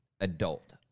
adult